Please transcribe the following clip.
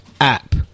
app